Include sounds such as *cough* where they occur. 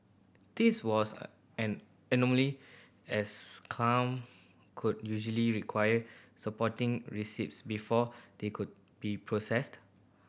this was *unintelligible* an anomaly as come could usually require supporting receipts before they could be processed